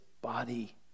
body